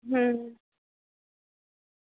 હં